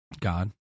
God